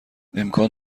امکان